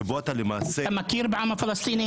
שבו אתה למעשה --- אתה מכיר בעם הפלסטיני?